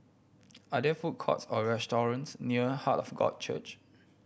are there food courts or restaurants near Heart of God Church